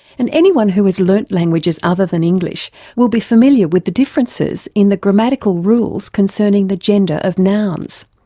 and anyone who has learned languages other than english will be familiar with the differences in the grammatical rules concerning the gender of nouns.